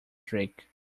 trick